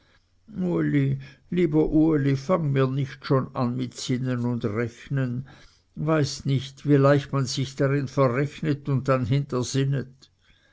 mir nicht schon an mit sinnen und rechnen weißt nicht wie leicht man sich erst verrechnet und dann hintersinnet